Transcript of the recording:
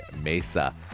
Mesa